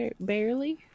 barely